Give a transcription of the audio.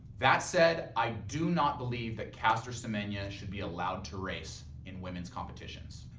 that said, i do not believe that caster semenya should be allowed to race in women's competitions.